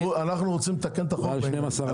אנחנו רוצים לתקן את החוק בעניין הזה.